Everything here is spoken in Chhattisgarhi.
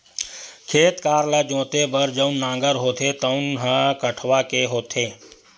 खेत खार ल जोते बर जउन नांगर होथे तउन ह कठवा के होथे